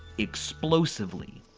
explosively.